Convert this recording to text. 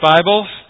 Bibles